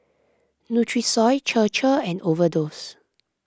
Nutrisoy Chir Chir and Overdose